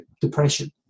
depression